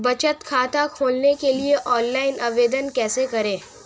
बचत खाता खोलने के लिए ऑनलाइन आवेदन कैसे करें?